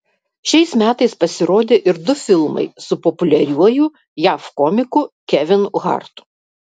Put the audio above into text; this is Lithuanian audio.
šiais metais pasirodė ir du filmai su populiariuoju jav komiku kevinu hartu